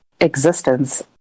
existence